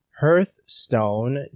hearthstone